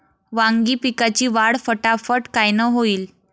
वांगी पिकाची वाढ फटाफट कायनं होईल?